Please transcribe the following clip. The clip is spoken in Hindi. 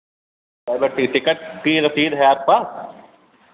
प्राइवेट थी टिकट की रसीद है आपके पास